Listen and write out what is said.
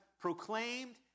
proclaimed